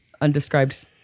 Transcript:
undescribed